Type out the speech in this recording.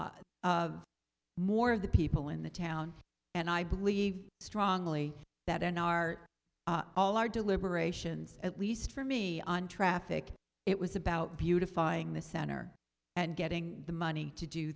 goals more of the people in the town and i believe strongly that n r all our deliberations at least for me on traffic it was about beautifying the center and getting the money to do